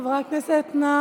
חברי הכנסת, נא